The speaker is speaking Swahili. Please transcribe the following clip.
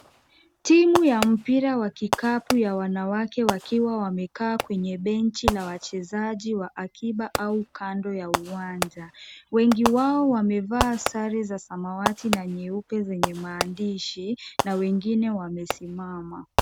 Timu ya mpira wa kikapu ya wanawake wakiwa wamekaa kwenye benchi la wachezaji wa akiba au kando ya uwanja. Wengi wao wamevaa sare za samawati na nyeupe zenye maandishi na wengine wamesimama.